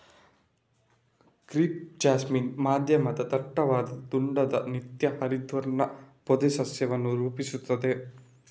crepe jasmine ಮಧ್ಯಮ ದಟ್ಟವಾದ ದುಂಡಾದ ನಿತ್ಯ ಹರಿದ್ವರ್ಣ ಪೊದೆ ಸಸ್ಯವನ್ನು ರೂಪಿಸುತ್ತದೆ